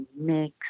mix